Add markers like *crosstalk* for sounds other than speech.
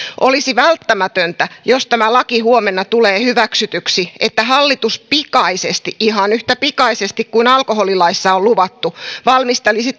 olisi välttämätöntä jos tämä laki huomenna tulee hyväksytyksi että hallitus pikaisesti ihan yhtä pikaisesti kuin alkoholilaissa on luvattu valmistelisi *unintelligible*